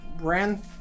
ran